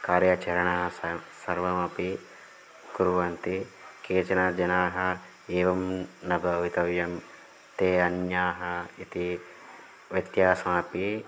कार्याचरणं सः सर्वमपि कुर्वन्ति केचन जनाः एवं न भवितव्यं ते अन्याः इति व्यत्यासमपि